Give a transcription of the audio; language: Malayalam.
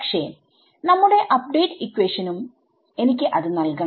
പക്ഷെ നമ്മുടെ അപ്ഡേറ്റ് ഇക്വേഷനും എനിക്ക് അത് നൽകണം